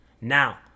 Now